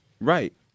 Right